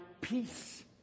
peace